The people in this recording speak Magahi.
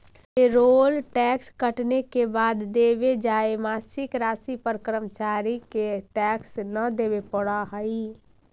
पेरोल टैक्स कटने के बाद देवे जाए मासिक राशि पर कर्मचारि के टैक्स न देवे पड़ा हई